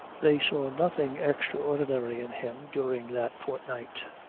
they saw nothing extraordinary in him during that fortnight.